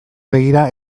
begira